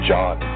John